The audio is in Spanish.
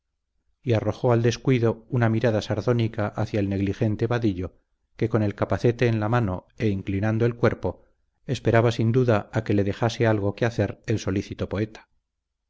y arrojó al descuido una mirada sardónica hacia el negligente vadillo que con el capacete en la mano e inclinando el cuerpo esperaba sin duda a que le dejase algo que hacer el solícito poeta